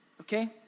okay